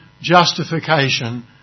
justification